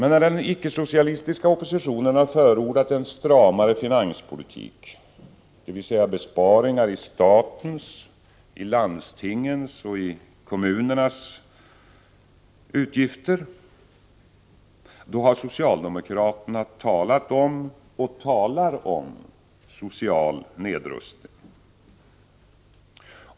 När den icke-socialistiska oppositionen har förordat en stramare finanspolitik, dvs. besparingar i statens, landstingens och kommunernas utgifter, har socialdemokraterna talat om — och man talar också nu om — social nedrustning.